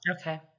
Okay